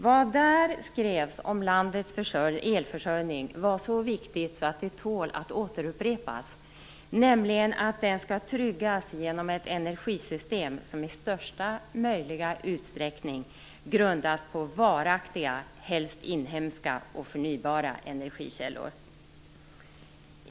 Vad däri står om landets elförsörjning är så viktigt att det tål att upprepas, nämligen att den skall tryggas genom ett energisystem som i största möjliga utsträckning grundas på varaktiga, helst inhemska och förnybara, energikällor.